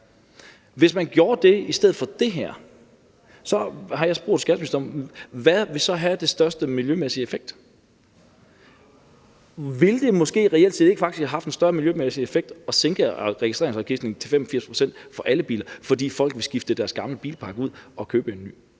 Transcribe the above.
Hvis man gjorde det i stedet for det her, hvad vil så have den største miljømæssige effekt? Ville det måske reelt set ikke faktisk have haft en større miljømæssig effekt at sænke registreringsafgiften til 85 pct. for alle biler, fordi folk ville skifte deres gamle bil ud og købe en ny?